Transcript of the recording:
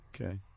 okay